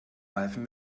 reifen